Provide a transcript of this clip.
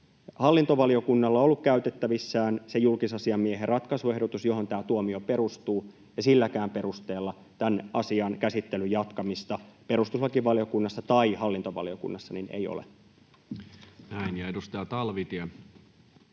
Hallintovaliokunnalla on ollut käytettävissään se julkisasiamiehen ratkaisuehdotus, johon tämä tuomio perustuu, ja silläkään perusteella tämän asian käsittelyn jatkamiseen perustuslakivaliokunnassa tai hallintovaliokunnassa ei ole syytä.